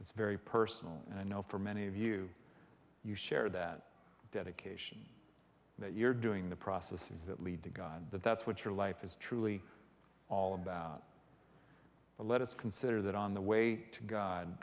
that's very personal and i know for many of you you share that dedication that you're doing the processes that lead to god that that's what your life is truly all about let us consider that on the way to god